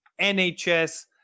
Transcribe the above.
nhs